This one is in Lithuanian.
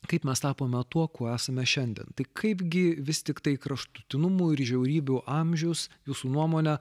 kaip mes tapome tuo kuo esame šiandien tai kaipgi vis tiktai kraštutinumų ir žiaurybių amžius jūsų nuomone